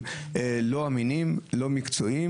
לא אמין, לא מקצועי.